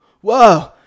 whoa